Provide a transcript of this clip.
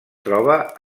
troba